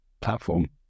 platform